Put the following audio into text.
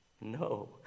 No